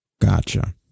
Gotcha